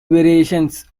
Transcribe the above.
variations